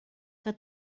que